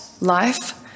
life